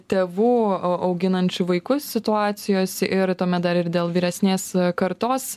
tėvų a auginančių vaikus situacijos ir tuomet dar ir dėl vyresnės kartos